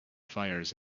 fires